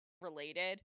related